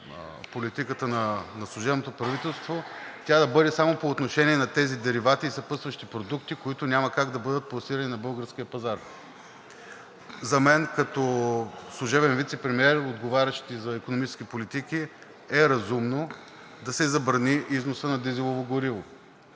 политиката на служебното правителство, тя да бъде само по отношение на тези деривати и съпътстващи продукти, които няма как да бъдат пласирани на българския пазар. За мен като служебен вицепремиер, отговарящ и за икономически политики, е разумно да се забрани износа на дизелово гориво,